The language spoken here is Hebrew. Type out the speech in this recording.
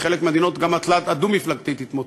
בחלק מהמדינות גם הדו-מפלגתית התמוטט.